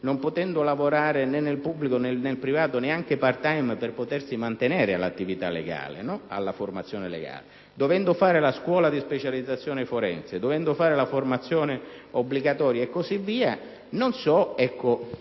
non potendo lavorare né nel pubblico né nel privato, neanche *part-time*, per potersi mantenere alla formazione legale, dovendo fare la scuola di specializzazione forense, dovendo fare la formazione obbligatoria e così via, non so